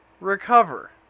recover